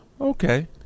Okay